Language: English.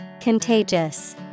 Contagious